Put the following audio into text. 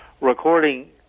recording